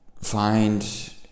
find